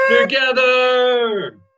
together